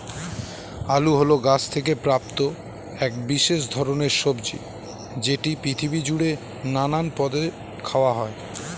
আলু হল গাছ থেকে প্রাপ্ত এক বিশেষ ধরণের সবজি যেটি পৃথিবী জুড়ে নানান পদে খাওয়া হয়